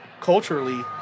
culturally